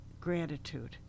gratitude